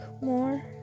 more